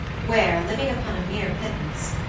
where, living upon a mere pittance,